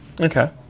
okay